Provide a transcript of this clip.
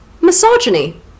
misogyny